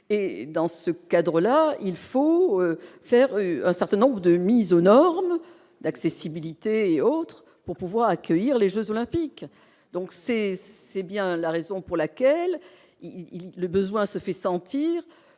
et dans ce cadre-là, il faut faire un certain nombre de mises aux normes d'accessibilité et autres pour pouvoir accueillir les Jeux olympiques, donc c'est : c'est bien la raison pour laquelle il le besoin se fait sentir